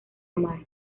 amar